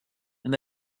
and